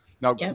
Now